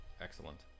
Excellent